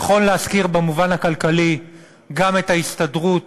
נכון להזכיר במובן הכלכלי גם את ההסתדרות